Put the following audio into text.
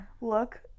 Look